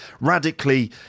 radically